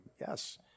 yes